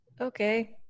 okay